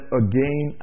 again